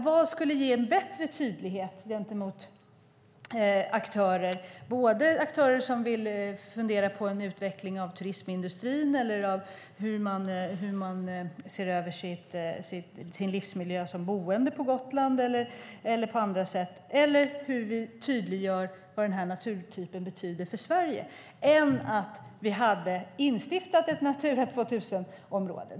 Vad skulle ha gett en bättre tydlighet gentemot aktörer - det gäller aktörer som till exempel funderar på en utveckling av turismindustrin eller på hur man ser över sin livsmiljö som boende på Gotland, och det handlar om hur vi tydliggör vad den här naturtypen betyder för Sverige - än att vi hade instiftat ett Natura 2000-område?